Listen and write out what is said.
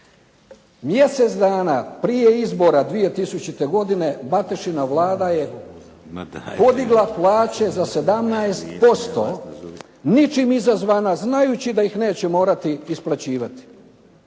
Mjesec dana prije izbora 2000. godine Matešina vlada je podigla plaće za 17%, ničim izazvana znajući da ih neće morati isplaćivati.